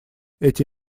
эти